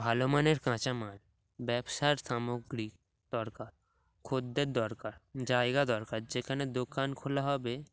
ভালো মানের কাঁচামাল ব্যবসার সামগ্রী দরকার খদ্দের দরকার জায়গা দরকার যেখানে দোকান খোলা হবে